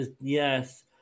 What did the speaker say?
Yes